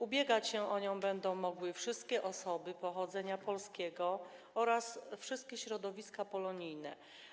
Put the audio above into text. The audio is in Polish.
Ubiegać się o nią będą mogły wszystkie osoby pochodzenia polskiego oraz wszystkie środowiska polonijne.